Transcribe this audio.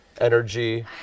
energy